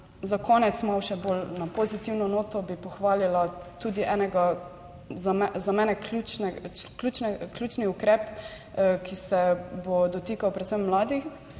Za konec pa na malce bolj pozitivno noto. Rada bi pohvalila tudi enega za mene ključnih ukrepov, ki se bo dotikal predvsem mladih,